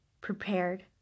prepared